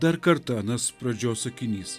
dar kartą anas pradžios sakinys